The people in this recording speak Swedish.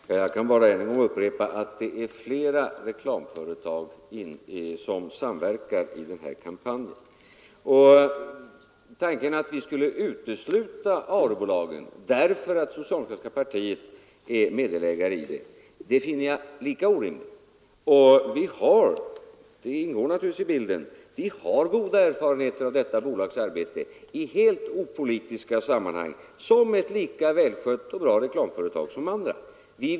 Herr talman! Jag kan bara än en gång upprepa att flera reklamföretag samverkar i denna kampanj. Tanken att vi skulle utesluta Arebolagen därför att det socialdemokratiska partiet är meddelägare där finner jag Nr 142 helt orimlig. Vi har — det ingår naturligtvis i bilden — goda erfarenheter Torsdagen den av detta företags arbete i helt opolitiska sammanhang. Det är ett lika 429 november 1973 välskött och bra reklamföretag som andra.